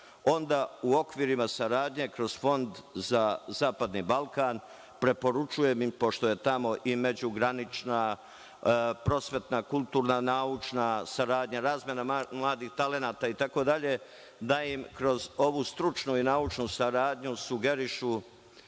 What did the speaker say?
onda u okvirima saradnje kroz Fond za zapadni Balkan, preporučujem im, pošto je tamo i međugranična prosvetna, kulturna, naučna saradnja, razmena mladih talenata itd, da im kroz ovu stručnu i naučnu saradnju sugerišu